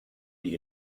die